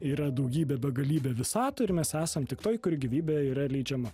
yra daugybė begalybė visatų ir mes esam tik toj kur gyvybė yra leidžiama